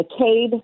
mccabe